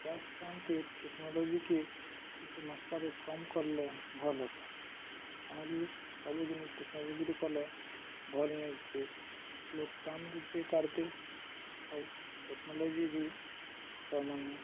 ଚାଷ କାମକେ ଟେକ୍ନୋଲୋଜିକେ କେତେ ମାତ୍ରାରେ କମ୍ କରଲେ ଭଲ୍ ହେତା କାଣାକି ସବୁ ଜିନିଷ୍ ଟେକ୍ନୋଲୋଜିରେ କଲେ ଭଲ୍ ନେଇ ସିଏ ଲ କାମ ବି ପ ପାରତେ ଆଉ ଟେକ୍ନୋଲୋଜି ବି ତମାନେେ